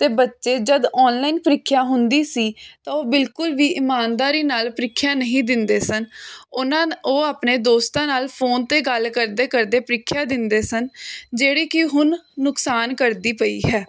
ਤੇ ਬੱਚੇ ਜਦ ਆਨਲਾਈਨ ਪ੍ਰੀਖਿਆ ਹੁੰਦੀ ਸੀ ਤਾਂ ਉਹ ਬਿਲਕੁਲ ਵੀ ਇਮਾਨਦਾਰੀ ਨਾਲ ਪ੍ਰੀਖਿਆ ਨਹੀਂ ਦਿੰਦੇ ਸਨ ਉਹਨਾਂ ਉਹ ਆਪਣੇ ਦੋਸਤਾਂ ਨਾਲ ਫੋਨ ਤੇ ਗੱਲ ਕਰਦੇ ਕਰਦੇ ਪ੍ਰੀਖਿਆ ਦਿੰਦੇ ਸਨ ਜਿਹੜੀ ਕੀ ਹੁਣ ਨੁਕਸਾਨ ਕਰਦੀ ਪਈ ਹੈ